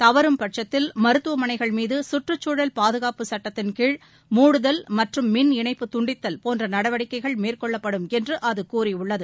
தவறும் பட்சத்தில் மருத்துவமனைகள் மீது கற்றுச்சூழல் பாதுகாப்பு சுட்டத்தின் கீழ் மூடுதல் மற்றும் மின்இணைப்பு துண்டித்தல் போன்ற நடவடிக்கைகள் மேற்கொள்ளப்படும் என்று அது கூறியுள்ளது